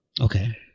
Okay